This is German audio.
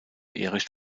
erich